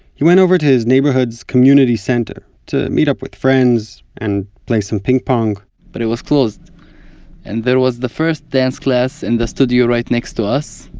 he went over to his neighborhood's community center to meet up with friends, and play some ping-pong but it was closed and there was the first dance class in the studio right next to us,